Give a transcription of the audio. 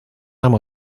nam